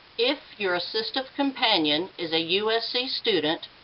if your assistive companion is a usc student,